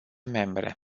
membre